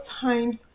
times